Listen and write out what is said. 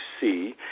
see